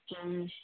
ꯎꯝ